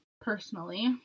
personally